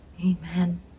Amen